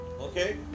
Okay